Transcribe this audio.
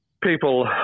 people